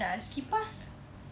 kipas